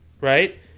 right